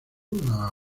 una